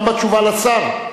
גם בתשובה לשר?